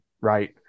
Right